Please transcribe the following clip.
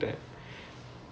okay